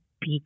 big